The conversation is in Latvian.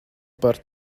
par